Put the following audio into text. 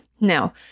Now